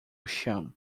chão